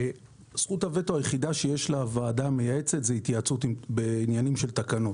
זכות הווטו היחידה שיש לוועדה המייעצת היא התייעצות בעניינים של תקנות.